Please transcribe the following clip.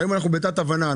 היום אנחנו בתת הבנה.